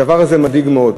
הדבר הזה מדאיג מאוד,